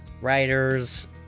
writers